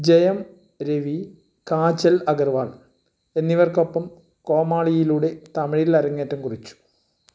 ജയം രവി കാജൽ അഗർവാൾ എന്നിവർക്കൊപ്പം കോമാളിയിലൂടെ തമിഴിൽ അരങ്ങേറ്റം കുറിച്ചു